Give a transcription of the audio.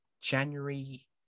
January